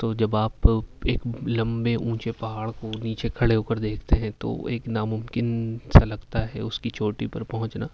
تو جب آپ ایک لمبے اونچے پہاڑ کو نیچے کھڑے ہو کر دیکھتے ہیں تو ایک نا ممکن سا لگتا ہے اس کی چوٹی پر پہنچنا